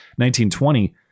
1920